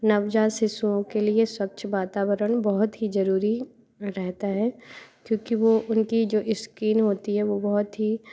नवजात शिशुओं के लिए स्वच्छ वातावरण बहुत ही ज़रूरी रहता है क्योंकि वह उनकी जो स्किन होती है वह बहुत ही